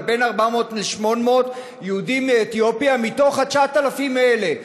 אבל בין 400 ל-800 יהודים מאתיופיה מתוך ה-9,000 האלה.